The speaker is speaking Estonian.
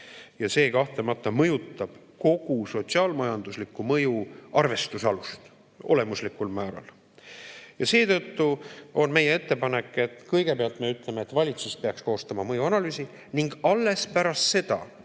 Ja see kahtlemata mõjutab kogu sotsiaal-majandusliku mõju arvestuse alust olemuslikul määral. Seetõttu on meie ettepanek, et kõigepealt me ütleme, et valitsus peaks koostama mõjuanalüüsi ning alles pärast seda